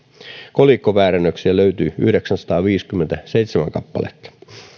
kolikkoväärennöksiä löytyi yhdeksänsataaviisikymmentäseitsemän kappaletta